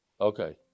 Okay